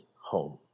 home